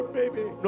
baby